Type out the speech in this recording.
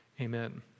amen